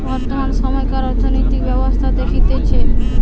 বর্তমান সময়কার অর্থনৈতিক ব্যবস্থা দেখতেছে